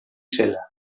zela